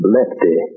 Lefty